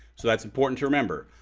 so that's important to remember.